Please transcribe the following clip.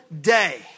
day